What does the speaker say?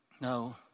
No